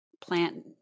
plant